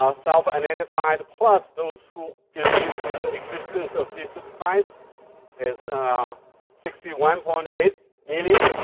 ah self-identified plus those who believe in the existence of jesus christ is sixty one point eight million.